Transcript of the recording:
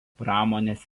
pramonės